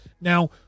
Now